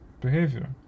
behavior